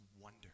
wonder